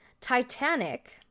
Titanic